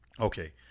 Okay